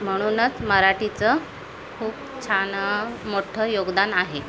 म्हणूनच मराठीचं खूप छान मोठं योगदान आहे